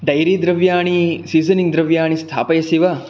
dairy द्रव्याणि seasoning द्रव्याणि स्थापयसि वा